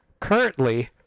Currently